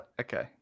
okay